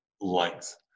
length